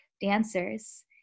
dancers